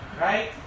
Right